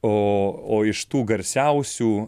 o iš tų garsiausių